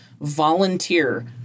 volunteer